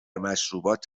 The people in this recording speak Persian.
مشروبات